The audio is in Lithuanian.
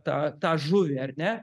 tą tą žuvį ar ne